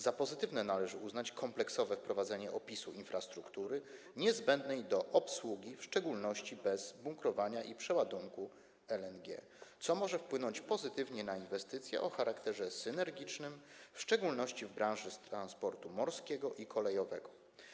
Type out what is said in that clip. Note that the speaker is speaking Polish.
Za pozytywne należy uznać kompleksowe wprowadzenie opisu infrastruktury niezbędnej do obsługi, w szczególności baz bunkrowania i przeładunku LNG, co może pozytywnie wpłynąć na inwestycje o charakterze synergicznym, przede wszystkim w branży transportu morskiego i kolejowego.